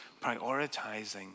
prioritizing